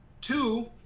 Two